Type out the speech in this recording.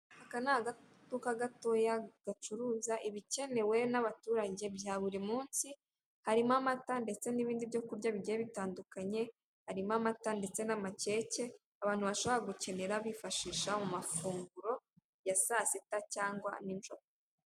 Aka ni kaduka gatoya gacuruza ibikenewe n'abaturage bya buri munsi, harimo amata ndetse n'ibindi byo kurya bigiye bitandukanye, harimo amata ndetse n'amakeke, abantu bashobora gukenera bifashisha mu mafunguro ya saa sita cyangwa ninjoro.